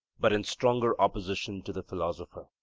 but in stronger opposition to the philosopher.